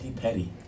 petty